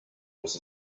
was